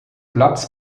platz